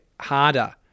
harder